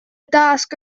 dasg